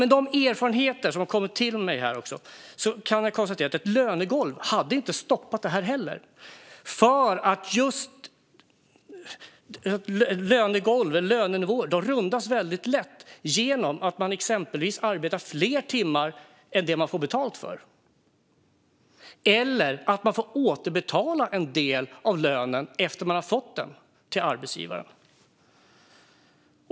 Med de erfarenheter som jag har fått kan jag konstatera att ett lönegolv inte hade stoppat detta problem. Lönegolv och lönenivåer rundas lätt genom att man exempelvis arbetar fler timmar än de man får betalt för. Eller så får man återbetala en del av lönen till arbetsgivaren efter att man har fått den.